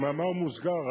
במאמר מוסגר,